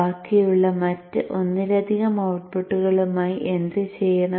ബാക്കിയുള്ള മറ്റ് ഒന്നിലധികം ഔട്ട്പുട്ടുകളുമായി എന്തുചെയ്യണം